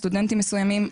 סטודנטים מסוימים,